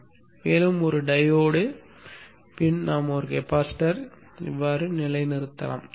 பின்னர் மேலும் ஒரு டையோடு பின் நாம் கெபாசிட்டரை இப்படி நிலைநிறுத்தலாம்